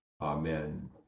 Amen